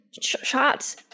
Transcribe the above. shots